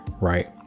right